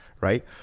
right